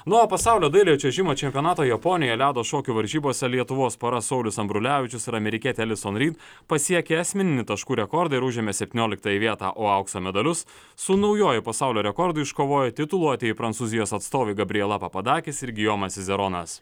na o pasaulio dailiojo čiuožimo čempionato japonijoje ledo šokių varžybose lietuvos pora saulius ambrulevičius ir amerikietė elison ryd pasiekė asmeninį taškų rekordą ir užėmė septynioliktąją vietą o aukso medalius su naujuoju pasaulio rekordu iškovojo tituluotieji prancūzijos atstovai gabriela papadakis ir gijomas sizeronas